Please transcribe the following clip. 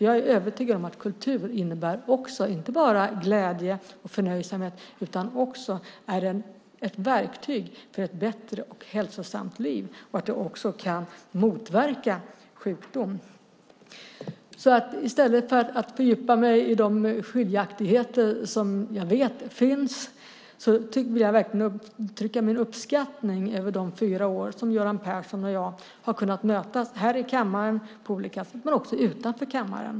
Jag är övertygad om att kultur inte bara innebär glädje och förnöjsamhet utan också är ett verktyg för ett bättre och hälsosamt liv och också kan motverka sjukdom. I stället för att fördjupa mig i de skiljaktigheter som jag vet finns vill jag uttrycka min uppskattning över de fyra år som Göran Persson och jag har kunnat mötas här i kammaren men också utanför kammaren.